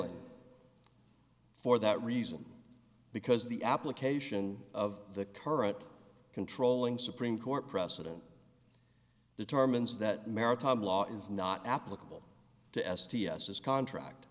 unavailing for that reason because the application of the current controlling supreme court precedent determines that maritime law is not applicable to s t s his contract